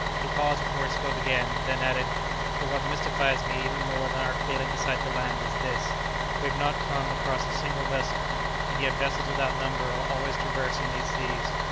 he paused before he spoke again, then added but what mystifies me even more than our failing to sight the land is this we have not come across a single vessel and yet vessels without number are always traversing these seas.